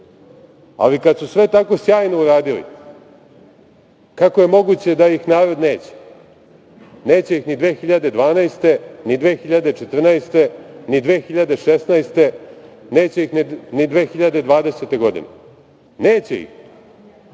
Srbiju. Kada su sve tako sjajno uradili, kako je moguće da ih narod neće, neće ih ni 2012, ni 2014, ni 2016, neće ih ni 2020. godine. Neće ih.